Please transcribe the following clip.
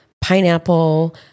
pineapple